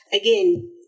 Again